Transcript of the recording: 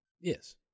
Yes